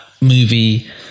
movie